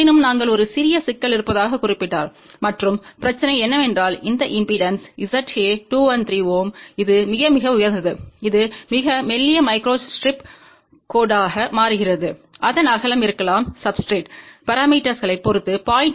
எனினும் நாங்கள் ஒரு சிறிய சிக்கல் இருப்பதாகக் குறிப்பிட்டார் மற்றும் பிரச்சனை என்னவென்றால் இந்த இம்பெடன்ஸ் Za213 Ω இது மிக மிக உயர்ந்தது இது மிக மெல்லிய மைக்ரோஸ்டிரிப் கோட்டாக மாறுகிறது அதன் அகலம் இருக்கலாம் சப்ஸ்டிரேட் பரமீட்டர்ஸ்க்களைப் பொறுத்து 0